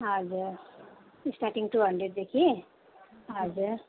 हजुर starting two हन्ड्रेडदेखि हजुर